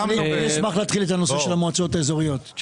אני אשמח להתחיל את הנושא של המועצות האזוריות.